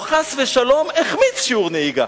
או חס ושלום החמיץ שיעור נהיגה.